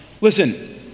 Listen